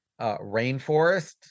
rainforest